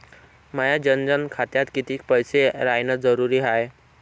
माया जनधन खात्यात कितीक पैसे रायन जरुरी हाय?